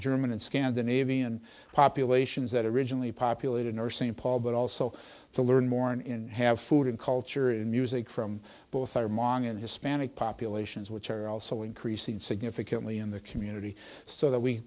german and scandinavian populations that originally populated nurse st paul but also to learn more in have food and culture in music from both armani and hispanic populations which are also increasing significantly in the community so that we